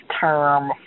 term